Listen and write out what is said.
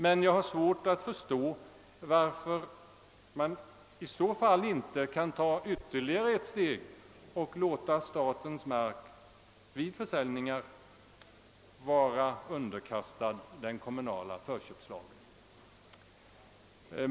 Men jag har svårt att förstå varför vi i så fall inte kan ta ytterligare ett steg och låta statens mark vid försäljning vara underkastad den kommunala förköpslagen.